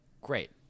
Great